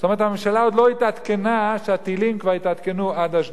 הממשלה עוד לא התעדכנה שהטילים כבר התעדכנו עד אשדוד.